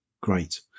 Great